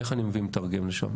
איך אני מביא מתרגם לשם?